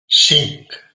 cinc